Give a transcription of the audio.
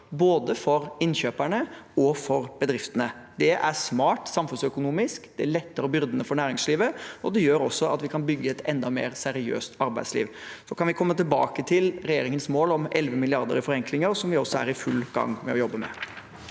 både for innkjøperne og for bedriftene. Det er smart samfunnsøkonomisk, det letter byrdene for næringslivet, og det gjør også at vi kan bygge et enda mer seriøst arbeidsliv. Så kan vi komme tilbake til regjeringens mål om 11 mrd. kr i forenklinger, som vi også er i full gang med å jobbe med.